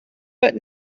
but